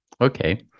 Okay